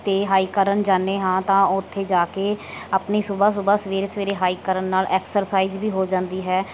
ਅਤੇ ਹਾਈਕ ਕਰਨ ਜਾਂਦੇ ਹਾਂ ਤਾਂ ਉੱਥੇ ਜਾ ਕੇ ਆਪਣੀ ਸੁਬਹਾ ਸੁਬਹਾ ਸਵੇਰੇ ਸਵੇਰੇ ਹਾਈਕ ਕਰਨ ਨਾਲ ਐਕਸਰਸਾਈਜ਼ ਵੀ ਹੋ ਜਾਂਦੀ ਹੈ